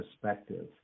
perspective